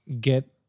get